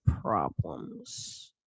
problems